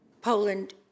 Poland